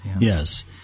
Yes